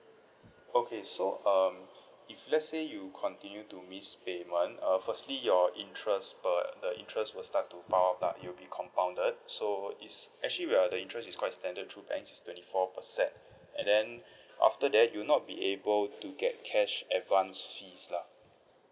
okay so um if let's say you continue to miss payment uh firstly your interest per uh interest will start to pile up lah you'll be compounded so is actually we're the interest is quite standard through banks is twenty four percent and then after that you not be able to get cash advanced fees lah